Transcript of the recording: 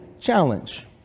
challenge